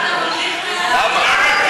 למה?